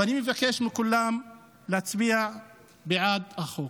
ואני מבקש מכולם להצביע בעד החוק.